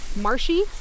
marshy